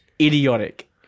idiotic